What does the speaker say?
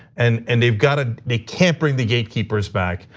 and and they've got, ah they can't bring the gatekeepers back,